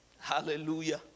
Hallelujah